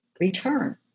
return